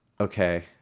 okay